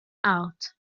out